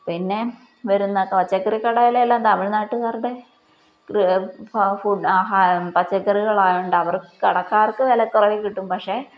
പിന്നെ വരുന്ന പച്ചക്കറി കടയിലെല്ലാം തമിഴ്നാട്ടുകാരുടെ പച്ചക്കറിക്കറികളായതുകൊണ്ട് അവർക്ക് കടക്കാർക്ക് വിലക്കുറവില് കിട്ടും പക്ഷെ